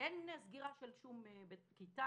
שאין סגירה של שום כיתה,